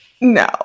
No